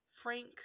Frank